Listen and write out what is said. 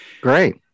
Great